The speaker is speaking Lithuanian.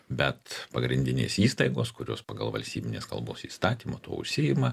bet pagrindinės įstaigos kurios pagal valstybinės kalbos įstatymą tuo užsiima